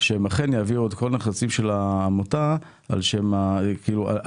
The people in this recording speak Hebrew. שהם אכן יעבירו את כל הנכסים של העמותה על שמה מהקיבוץ.